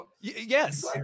Yes